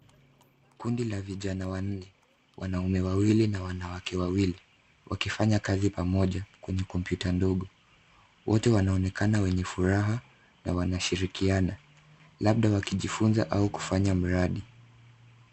Kundi la vijana wanne; wanaume wawili na wanawake wawili wakifanya kazi pamoja kwenye kompyuta ndogo. Wote wanaonekana wenye furaha na wanashirikiana labda wakijifunza au kufanya mradi.